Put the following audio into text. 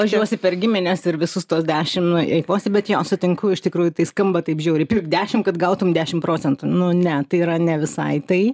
važiuosi per gimines ir visus tuos dešimt nueikvosi bet jo sutinku iš tikrųjų tai skamba taip žiauriai pirk dešimt kad gautum dešimt procentų nu ne tai yra ne visai tai